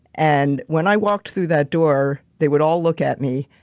and when i walked through that door, they would all look at me,